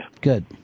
Good